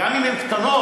גם אם הן קטנות,